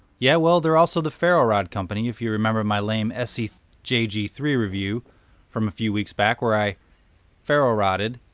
yeah they're also the ferro rod company if you remember my lame esee j g three review from a few weeks back where i ferro rodded.